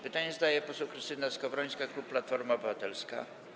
Pytanie zadaje poseł Krystyna Skowrońska, klub Platforma Obywatelska.